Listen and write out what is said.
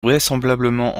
vraisemblablement